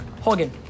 Hogan